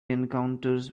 encounters